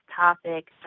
topic